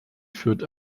führt